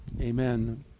Amen